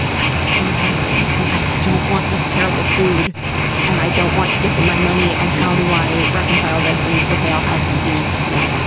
i am so hungry and i don't want this terrible food and i don't want to give them my money. and how do i reconcile this and. okay, i'll have the, you know,